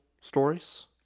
stories